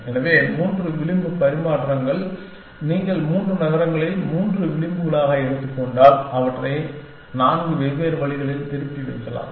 எனவே மூன்று விளிம்பு பரிமாற்றம் நீங்கள் மூன்று நகரங்களை மூன்று விளிம்புகளாக எடுத்துக் கொண்டால் அவற்றை நான்கு வெவ்வேறு வழிகளில் திருப்பி வைக்கலாம்